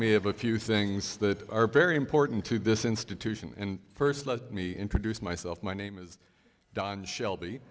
me of a few things that are very important to this institution and first let me introduce myself my name is don shelby